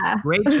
Great